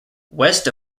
west